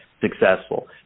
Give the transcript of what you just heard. successful